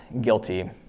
guilty